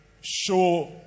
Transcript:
show